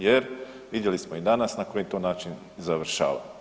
Jer vidjeli smo i danas na koji to način završava.